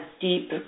deep